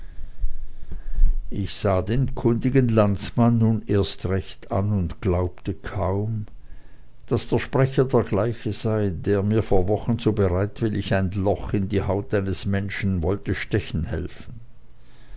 ich sah den kundigen landsmann nun erst recht an und glaubte kaum daß der sprecher der gleiche sei der mir vor wochen so bereitwillig ein loch in die haut eines menschen wollte stechen helfen